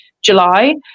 july